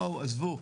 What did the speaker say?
בואו, עזבו,